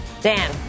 Dan